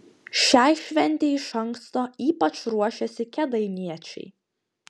šiai šventei iš anksto ypač ruošėsi kėdainiečiai